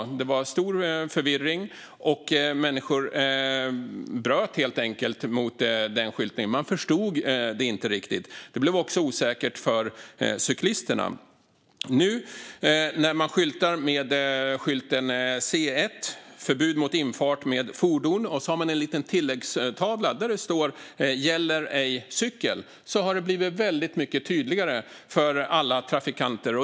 Det var stor förvirring, och människor bröt helt enkelt mot den skyltningen. Man förstod inte riktigt. Det blev också osäkert för cyklisterna. Nu när man skyltar med skylten C1, förbud mot infart med fordon och en liten tilläggstavla där det står "gäller ej cykel" har det blivit väldigt mycket tydligare för alla trafikanter.